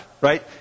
right